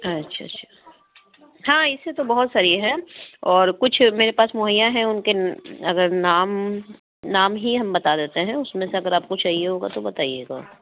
اچھا اچھا ہاں اِسے تو بہت ساری ہے اور کچھ میرے پاس مہّیا ہیں اُن کے اگر نام نام ہی ہم بتا دیتے ہیں اُس میں سے اگر آپ کو چاہیے ہوگا تو بتائیے گا